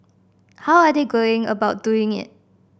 how are they going about doing it